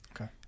Okay